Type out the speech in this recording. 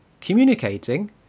communicating